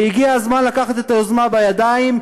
והגיע הזמן לקחת את היוזמה בידיים,